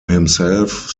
himself